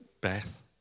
Beth